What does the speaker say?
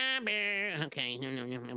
Okay